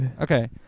Okay